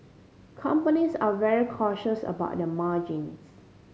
companies are very cautious about their margins